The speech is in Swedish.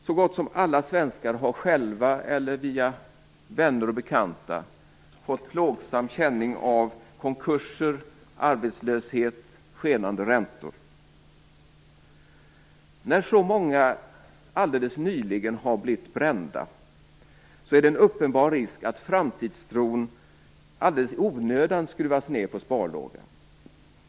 Så gott som alla svenskar har själva eller via vänner och bekanta fått plågsam känning av konkurser, arbetslöshet och skenande räntor. När så många alldeles nyligen har blivit brända är det en uppenbar risk för att framtidstron alldeles i onödan skruvas ner på sparlåga.